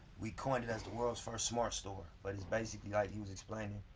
we coined it as the world's first smart store but it's basically he was explaining,